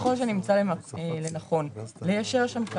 אני קודם כל רוצה לומר שלא קיבלתי אפילו לשאלה אחת